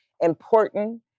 important